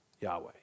Yahweh